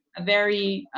a very